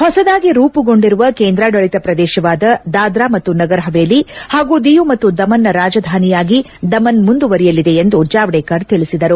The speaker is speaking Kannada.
ಹೊಸದಾಗಿ ರೂಪುಗೊಂಡಿರುವ ಕೇಂದ್ರಾಡಳಿತ ಪ್ರದೇಶವಾದ ದಾದ್ರಾ ಮತ್ತು ನಗರ್ಹವೇಲಿ ಹಾಗೂ ದಿಯು ಮತ್ತು ದಮನ್ನ ರಾಜಧಾನಿಯಾಗಿ ದಮನ್ ಮುಂದುವರಿಯಲಿದೆ ಎಂದು ಜಾವಡೇಕರ್ ತಿಳಿಸಿದರು